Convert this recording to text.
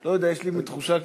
לא יודע, יש לי מין תחושה כזאת.